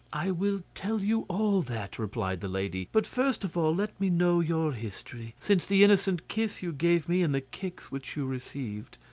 i will tell you all that, replied the lady, but first of all let me know your history, since the innocent kiss you gave me and the kicks which you received.